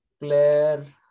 player